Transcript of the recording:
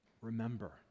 Remember